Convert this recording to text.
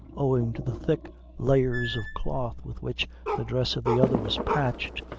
owing to the thick layers of cloth with which the dress of the other was patched,